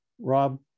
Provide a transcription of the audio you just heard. Rob